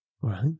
right